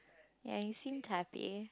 ya you seemed happy